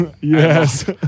Yes